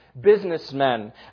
businessmen